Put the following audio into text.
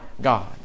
God